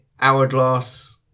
hourglass